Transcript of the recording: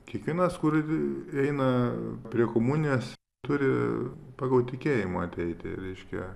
kiekvienas kur eina prie komunijos turi pagal tikėjimą ateiti reiškia